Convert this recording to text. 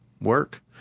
work